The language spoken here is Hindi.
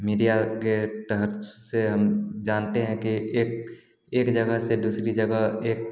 मीडिया के तहत से हम जानते हैं कि एक एक जगह से दूसरी जगह एक